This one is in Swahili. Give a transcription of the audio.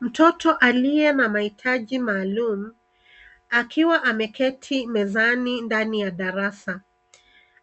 Mtoto aliye na maitaji maalum akiwa ameketi mezani ndani ya darasa,